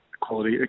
quality